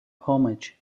homage